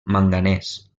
manganès